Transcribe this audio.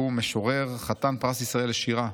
שהוא משורר חתן פרס ישראל לשירה,